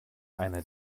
einer